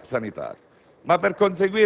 sanitaria.